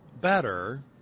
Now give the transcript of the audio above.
better